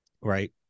Right